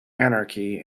anarchy